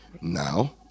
Now